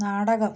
നാടകം